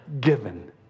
given